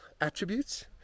attributes